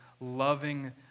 loving